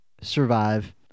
survive